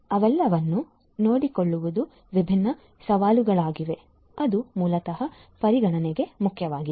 ಆದ್ದರಿಂದ ಅವೆಲ್ಲವನ್ನೂ ನೋಡಿಕೊಳ್ಳುವುದು ವಿಭಿನ್ನ ಸವಾಲುಗಳಾಗಿವೆ ಅದು ಮೂಲತಃ ಪರಿಗಣನೆಗೆ ಮುಖ್ಯವಾಗಿದೆ